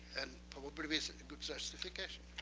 and probably with good justification.